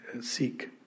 seek